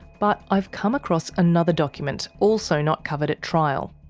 but i've come across another document also not covered at trial.